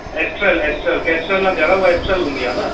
XL एक्लस केप्सल न दादा उहा एक्सल हूंदी आहे न